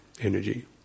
energy